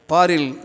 Paril